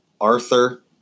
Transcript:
Arthur